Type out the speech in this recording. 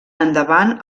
endavant